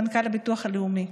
מנכ"ל הביטוח הלאומי.